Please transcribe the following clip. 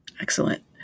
Excellent